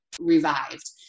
revived